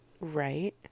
right